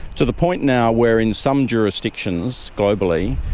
to the point now where in some jurisdictions globally,